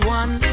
one